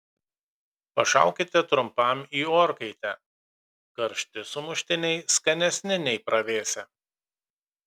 pašaukite trumpam į orkaitę karšti sumuštiniai skanesni nei pravėsę